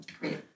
Great